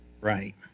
Right